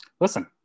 Listen